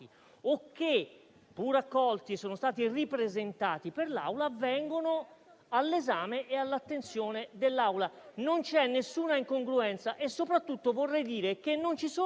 o che, pure accolti, sono stati ripresentati per l'Aula, vengono all'esame e all'attenzione dell'Aula. Non c'è alcuna incongruenza e soprattutto vorrei dire che non ci sono